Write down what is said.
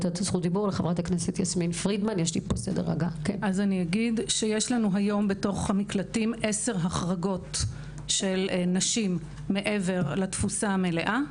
יש לנו היום בתוך המקלטים עשר החרגות של נשים מעבר לתפוסה המלאה.